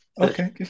Okay